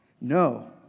No